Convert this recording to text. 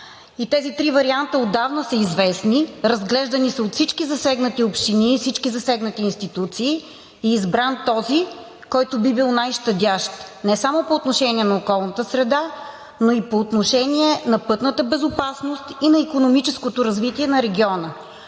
Тези три варианта отдавна са известни. Разглеждани са от всички засегнати общини и всички засегнати институции и е избран този, който би бил най-щадящ не само по отношение на околната среда, но и по отношение на пътната безопасност и на икономическото развитие на региона.